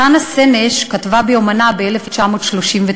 חנה סנש כתבה ביומנה ב-1939: